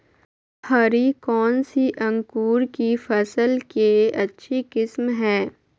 हरी कौन सी अंकुर की फसल के अच्छी किस्म है?